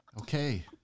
Okay